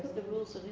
the rules